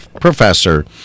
professor